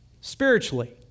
spiritually